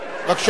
בבקשה.